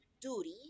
duty